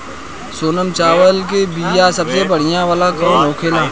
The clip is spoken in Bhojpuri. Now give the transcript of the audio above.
सोनम चावल के बीया सबसे बढ़िया वाला कौन होखेला?